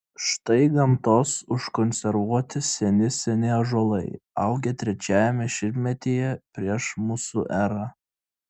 štai gamtos užkonservuoti seni seni ąžuolai augę trečiajame šimtmetyje prieš mūsų erą